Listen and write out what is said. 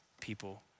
people